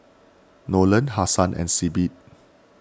Nolen Hassan and Sibbie